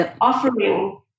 offering